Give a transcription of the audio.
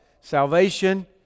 Salvation